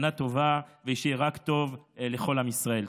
שנה טובה ושיהיה רק טוב לכל עם ישראל.